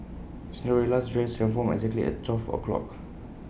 Cinderella's dress transformed exactly at twelve o'clock